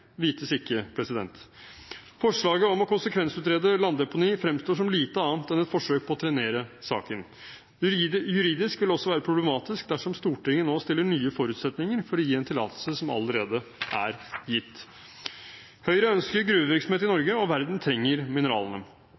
vites ikke. Forslaget om å konsekvensutrede landdeponi fremstår som lite annet enn et forsøk på å trenere saken. Juridisk vil det også være problematisk dersom Stortinget nå stiller nye forutsetninger for å gi en tillatelse som allerede er gitt. Høyre ønsker gruvevirksomhet i Norge, og verden trenger mineralene.